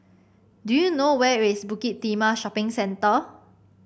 do you know where is Bukit Timah Shopping Centre